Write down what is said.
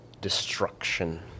Destruction